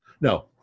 No